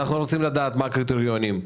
אנחנו רוצים לדעת מה הקריטריונים,